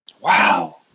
Wow